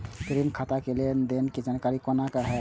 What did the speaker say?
ऋण खाता के लेन देन के जानकारी कोना हैं?